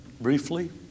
briefly